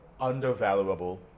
undervaluable